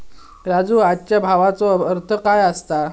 राजू, आजच्या भावाचो अर्थ काय असता?